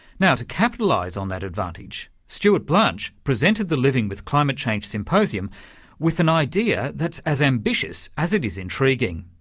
now, to capitalise on that advantage stuart blanch presented the living with climate change symposium with an idea that's as ambitious as it is intriguing.